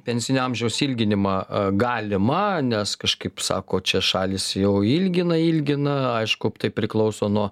pensinio amžiaus ilginimą galima nes kažkaip sako čia šalys jau ilgina ilgina aišku tai priklauso nuo